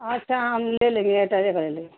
اچھا ہم لے لیں گے ایٹا دیکھ لے